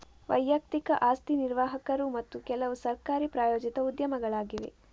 ವೈಯಕ್ತಿಕ ಆಸ್ತಿ ನಿರ್ವಾಹಕರು ಮತ್ತು ಕೆಲವುಸರ್ಕಾರಿ ಪ್ರಾಯೋಜಿತ ಉದ್ಯಮಗಳಾಗಿವೆ